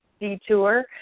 detour